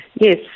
yes